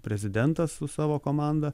prezidentas su savo komanda